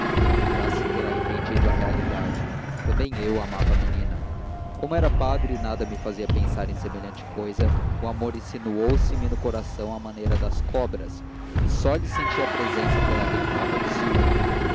já se terá entendido a realidade também eu amava a menina como era padre e nada me fazia pensar em semelhante cousa o amor insinuou se me no coração à maneira das cobras e só lhe senti a presença pela dentada de ciúme